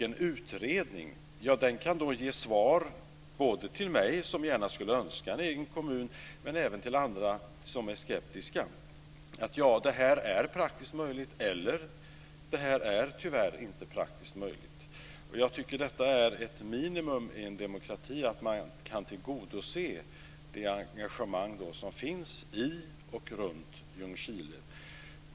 En utredning kan ge svar både till mig, som gärna skulle önska en egen kommun, och till andra, som är skeptiska. Svaret kan bli: Ja, detta är praktiskt möjligt, eller: Tyvärr är detta inte praktiskt möjligt. Jag tycker att det är ett minimum i en demokrati att man kan tillgodose det engagemang som finns i och runt Ljungskile.